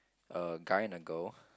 a guy and a girl